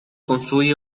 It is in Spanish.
construye